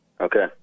Okay